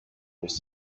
was